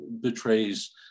betrays